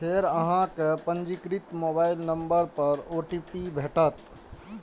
फेर अहां कें पंजीकृत मोबाइल नंबर पर ओ.टी.पी भेटत